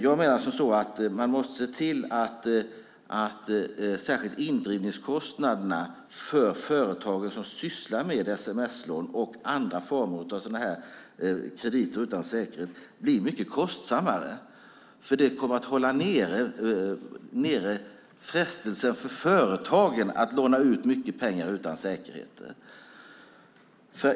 Jag menar att man måste se till att särskilt indrivningskostnaderna för företagen som sysslar med sms-lån och andra former av krediter utan säkerhet blir mycket kostsammare. Det kommer att hålla nere frestelsen för företagen att låna ut mycket pengar utan säkerheter.